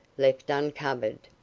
left uncovered,